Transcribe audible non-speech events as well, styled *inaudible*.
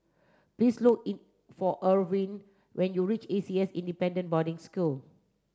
please look *unintelligible* for Irwin when you reach A C S Independent Boarding School